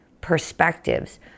perspectives